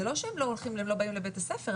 זה לא שהם לא באים לבית הספר.